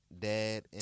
dad